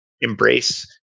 embrace